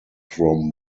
from